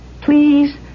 Please